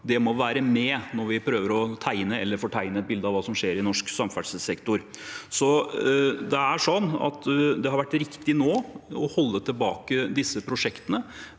dette være med når vi prøver å tegne – eller fortegne – et bilde av hva som skjer i norsk samferdselssektor. Det har vært riktig nå å holde tilbake disse prosjektene